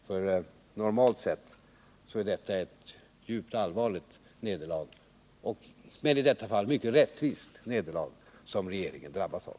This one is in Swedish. För normalt sett är detta ett djupt allvarligt — men i det här fallet mycket rättvist — nederlag som regeringen drabbats av.